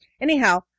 Anyhow